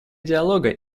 диалога